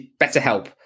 BetterHelp